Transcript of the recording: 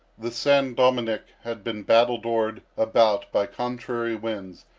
the san dominick had been battle-dored about by contrary winds,